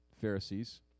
Pharisees